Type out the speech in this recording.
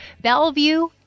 Bellevue